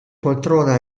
poltrona